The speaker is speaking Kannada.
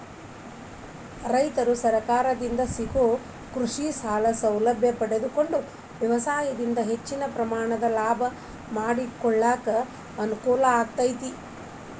ರೈತರು ಸರಕಾರದಿಂದ ಸಿಗೋ ಕೃಷಿಸಾಲದ ಸೌಲಭ್ಯ ಪಡಕೊಂಡು ವ್ಯವಸಾಯದಿಂದ ಹೆಚ್ಚಿನ ಪ್ರಮಾಣದಾಗ ಲಾಭ ಮಾಡಕೊಳಕ ಅನುಕೂಲ ಆಗೇತಿ